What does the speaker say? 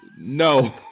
No